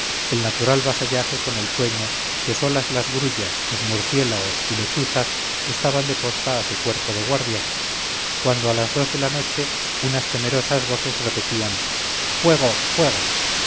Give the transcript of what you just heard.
el natural vasallaje con el sueño que solas grullas los murciélagos y lechuzas estaban de posta a su cuerpo de guardia cuando a las dos de la noche unas temerosas voces repetían fuego fuego